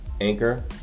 anchor